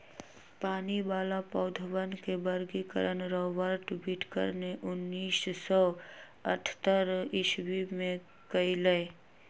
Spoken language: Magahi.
पानी वाला पौधवन के वर्गीकरण रॉबर्ट विटकर ने उन्नीस सौ अथतर ईसवी में कइलय